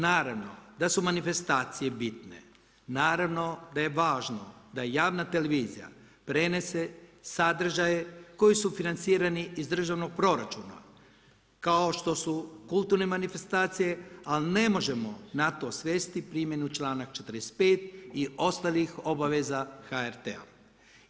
Naravno, da su manifestacije bitne, naravno da je važno da javna televizija prenese sadržaje koji su financirani iz državnog proračuna kao što su kulturne manifestacije, ali ne možemo na to svesti primjenu članak 45. i ostalih obaveza HRT-a.